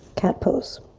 cat pose.